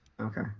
Okay